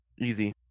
Easy